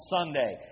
Sunday